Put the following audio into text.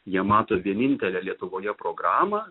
jie mato vienintelę lietuvoje programą